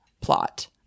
plot